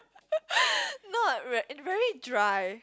not eh very dry